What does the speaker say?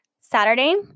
Saturday